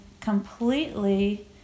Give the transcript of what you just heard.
completely